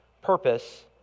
purpose